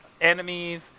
enemies